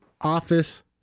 office